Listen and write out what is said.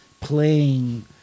Playing